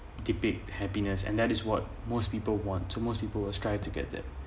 debate happiness and that is what most people want to most people strive to get that